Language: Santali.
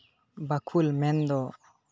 ᱵᱟᱠᱷᱳᱞ ᱢᱮᱱᱫᱚ